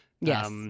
yes